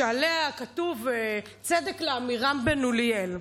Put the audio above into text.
שעליה כתוב "צדק לעמירם בן אוליאל".